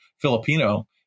Filipino